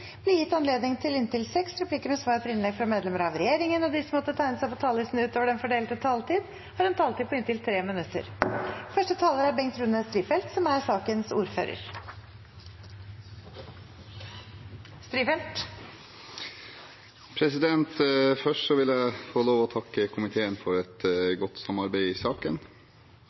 gitt anledning til inntil seks replikker med svar etter innlegg fra medlemmer av regjeringen, og de som måtte tegne seg på talerlisten utover den fordelte taletid, får en taletid på inntil 3 minutter. Først vil jeg få lov til å takke komiteen for et godt samarbeid i saken.